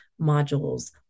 modules